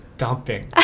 Dumping